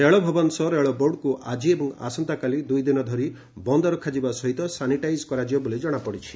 ରେଳ ଭବନ ସହ ରେଳବୋର୍ଡକୁ ଆଙ୍କି ଏବଂ ଆସନ୍ତାକାଲି ଦୁଇଦିନ ଧରି ବନ୍ଦ ରଖାଯିବା ସହିତ ସାନିଟାଇଜ୍ କରାଯିବ ବୋଲି ଜଣାପଡ଼ିଛି